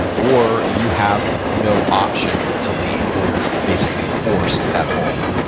or you have no option to leave or you're basically forced at home.